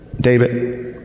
David